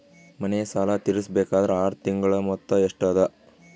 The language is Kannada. ಮನೆ ಸಾಲ ತೀರಸಬೇಕಾದರ್ ಆರ ತಿಂಗಳ ಮೊತ್ತ ಎಷ್ಟ ಅದ?